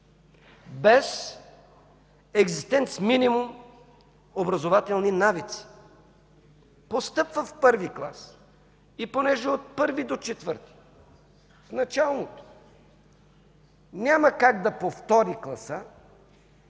без екзистенц-минимум образователни навици. Постъпва в І клас и понеже от І до ІV – в началното, няма как да повтори класа